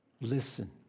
Listen